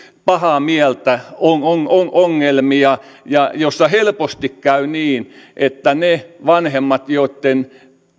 pahaa mieltä ongelmia ja joissa helposti käy niin että ne vanhemmat joitten